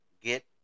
get